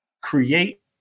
create